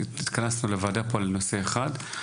אנחנו התכנסנו לוועדה פה על נושא אחד,